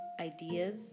ideas